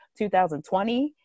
2020